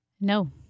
No